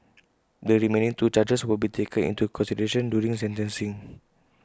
the remaining two charges will be taken into consideration during sentencing